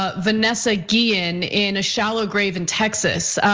ah vanessa guillen, in a shallow grave in texas.